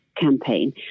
campaign